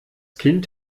kind